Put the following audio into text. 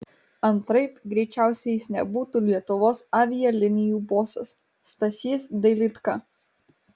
antraip greičiausiai jis nebūtų lietuvos avialinijų bosas stasys dailydka